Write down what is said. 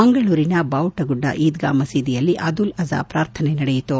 ಮಂಗಳೂರಿನ ಬಾವುಟಗುಡ್ಡ ಈದ್ಗಾ ಮಸೀದಿಯಲ್ಲಿ ಅದುಲ್ ಅಝಾ ಪ್ರಾರ್ಥನೆ ನಡೆಯಿತು